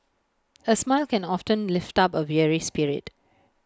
A smile can often lift up A weary spirit